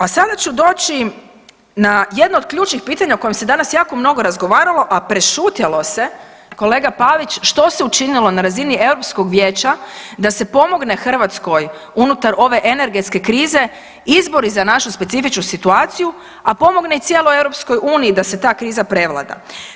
A sada ću doći na jedno od ključnih pitanja o kojem se danas jako mnogo razgovaralo, a prešutjelo se kolega Pavić što se učinilo na razini Europskog vijeća da se pomogne Hrvatskoj unutar ove energetske krize izbori za našu specifičnu situaciju, a pomogne i cijeloj EU da se ta kriza prevlada.